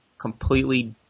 completely